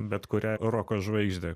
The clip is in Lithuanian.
bet kurią roko žvaigždę